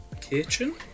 kitchen